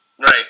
Right